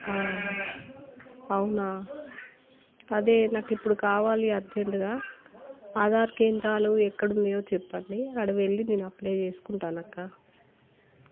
అవునా అదే నాకు ఇప్పుడు కావాలి అర్జెంటుగా ఆధార్ కేంద్రాలు ఎక్కడ ఉన్నాయో చెప్పండి అక్కడికి వెళ్ళి నేను అప్లై చేసుకుంటాను అక్క